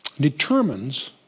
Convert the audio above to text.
determines